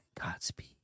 Godspeed